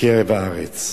מקרב הארץ.